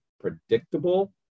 predictable